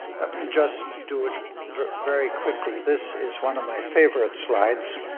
me just do it very quickly, this is one of my favorite slides.